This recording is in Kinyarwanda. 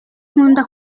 nkunda